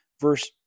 Verse